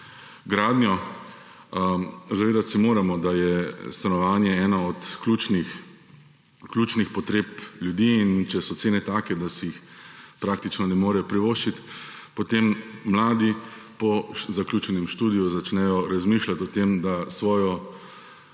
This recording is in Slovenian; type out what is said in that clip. gradnjo. Zavedati se moramo, da je stanovanje ena od ključnih potreb ljudi. In če so cene take, da si jih praktično ne morejo privoščiti, potem mladi po zaključenem študiju začnejo razmišljati o tem, da svojo